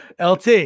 LT